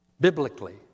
biblically